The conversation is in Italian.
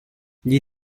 gli